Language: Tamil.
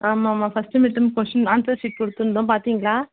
ஆமாம்மா first mid term question answer sheet கொடுத்துருந்தோம் பார்த்திங்களா